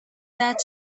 that